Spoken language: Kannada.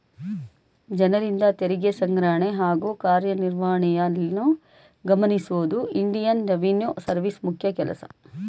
ಜನರಿಂದ ತೆರಿಗೆ ಸಂಗ್ರಹಣೆ ಹಾಗೂ ಕಾರ್ಯನಿರ್ವಹಣೆಯನ್ನು ಗಮನಿಸುವುದು ಇಂಡಿಯನ್ ರೆವಿನ್ಯೂ ಸರ್ವಿಸ್ ಮುಖ್ಯ ಕೆಲಸ